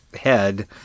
head